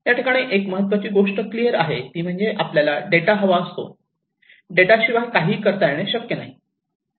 याठिकाणी एक महत्त्वाची गोष्ट क्लियर आहे ती म्हणजे आपल्याला डेटा हवा असतो डेटा शिवाय काहीही करता येणे शक्य नाही